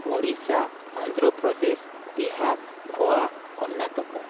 Odisha Andhra Pradesh Bihar Goa Karnataka